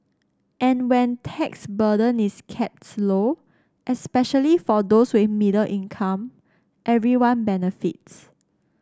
and when tax burden is kept low especially for those with middle income everyone benefits